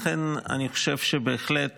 לכן, אני חושב שבהחלט